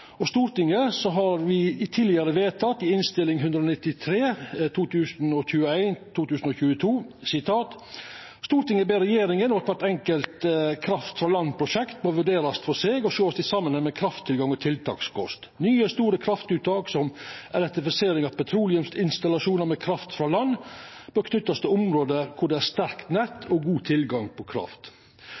har vi tidlegare vedteke, i Innst. 193 S for 2021–2022: «Stortinget ber regjeringen om at hvert enkelt «kraft-fra-land»-prosjekt må vurderes for seg og sees i sammenheng med krafttilgang og tiltakskost. Nye store kraftuttak som elektrifisering av petroleumsinstallasjoner med «kraft-fra-land» bør knyttes til områder hvor det er sterkt nett og god tilgang på kraft.»